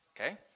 okay